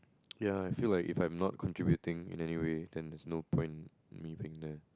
ya I feel like if I'm not contributing in any way then there's no point in me being there